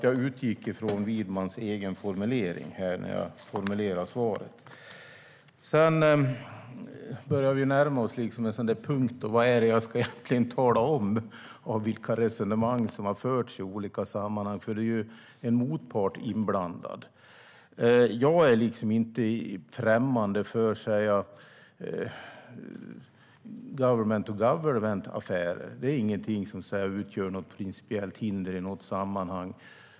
Jag utgick alltså från Widmans egen formulering när jag formulerade svaret. Vi börjar närma oss en punkt när jag funderar på vad jag egentligen ska berätta när det gäller vilka resonemang som har förts i olika sammanhang, för det är ju en motpart inblandad. Jag är inte främmande för government to government-affärer. Det är ingenting som utgör ett principiellt hinder i något sammanhang.